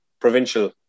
provincial